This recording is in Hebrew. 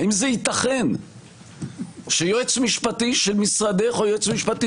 האם זה ייתכן שיועץ משפטי של משרדך או יועץ משפטי